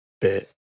bit